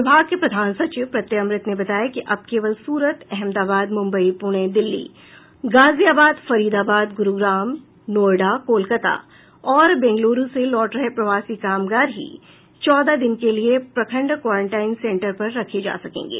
विभाग के प्रधान सचिव प्रत्यय अमृत ने बताया कि अब केवल सूरत अहमदाबाद मुम्बई पूणे दिल्ली गाजियाबाद फरिदाबाद गुरूग्राम नोएडा कोलकाता और बेंगलुरू से लौट रहे प्रवासी कामगार ही चौदह दिन के लिये प्रखंड क्वारेंटीन सेंटर पर रखे जा सकेंगे